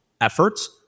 efforts